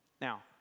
Now